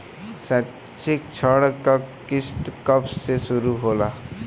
शैक्षिक ऋण क किस्त कब से शुरू होला?